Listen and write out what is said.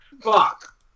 fuck